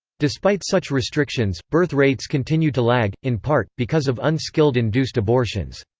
despite such restrictions, birth rates continued to lag, in part, because of unskilled induced abortions.